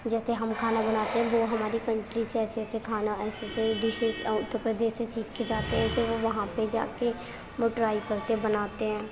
جیسے ہم کھانا بناتے ہیں وہ ہماری کنٹری سے ایسے ایسے کھانا ایسے ایسے ڈشیز اور اتّر پردیش سے سیکھ کے جاتے ہیں ویسے وہ وہاں پہ جا کے وہ ٹرائی کرتے بناتے ہیں